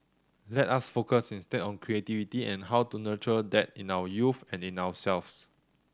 let us focus instead on creativity and how to nurture that in our youth and in ourselves